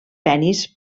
penis